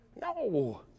No